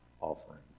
offering